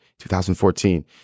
2014